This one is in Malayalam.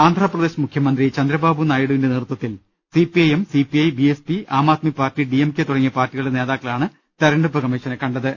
ആന്ധ്രപ്രദേശ് മുഖ്യമന്ത്രി ചന്ദ്രബാബു നായിഡു വിന്റെ നേതൃത്വത്തിൽ C P I M C P I B S P Aam Aadmi party D M K തുടങ്ങിയ പാർട്ടികളുടെ നേതാക്കളാണ് തെരഞ്ഞെടുപ്പ് കമ്മീ ഷനെ കണ്ടത്